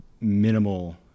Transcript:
minimal